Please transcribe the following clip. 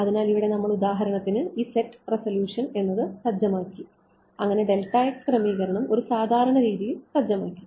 അതിനാൽ ഇവിടെ നമ്മൾ ഉദാഹരണത്തിന് ഈ സെറ്റ് റെസലൂഷൻ എന്നത് സജ്ജമാക്കിഅങ്ങനെ ക്രമീകരണം ഒരു സാധാരണ രീതിയിൽ സജ്ജമാക്കി